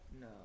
No